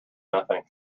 nothing